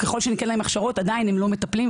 ככל שניתן להם הכשרות עדיין הם לא מטפלים,